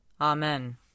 Amen